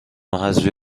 حذفی